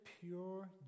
pure